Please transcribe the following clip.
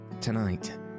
Tonight